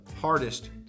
hardest